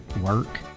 work